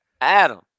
adam